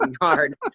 hard